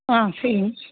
ஆ சரி